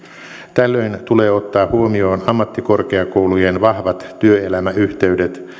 tällöin tulee ottaa huomioon ammattikorkeakoulujen vahvat työelämäyhteydet